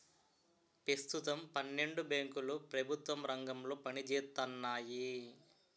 పెస్తుతం పన్నెండు బేంకులు ప్రెభుత్వ రంగంలో పనిజేత్తన్నాయి